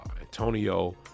Antonio